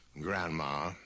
grandma